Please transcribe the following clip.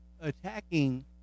attacking